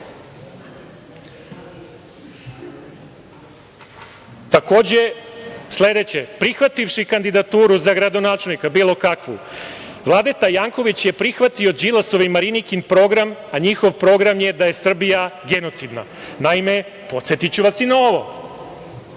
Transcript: Đilasu. Sledeće, prihvativši kandidaturu za gradonačelnika bilo kakvu, Vladeta Janković je prihvatio Đilasov i Marinikin program, a njihov program je da je Srbija genocidna. Naime, podsetiću vas i na ovo.